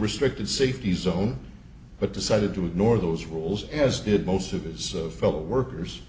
restricted safety zone but decided to ignore those rules as did most of his fellow workers